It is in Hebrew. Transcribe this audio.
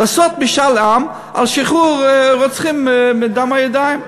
לעשות משאל עם על שחרור רוצחים עם דם על הידיים?